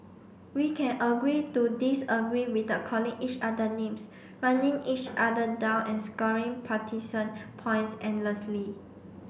we can agree to disagree without calling each other names running each other down and scoring partisan points endlessly